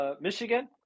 Michigan